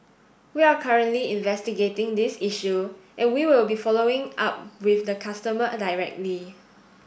we are currently investigating this issue and we will be following up with the customer directly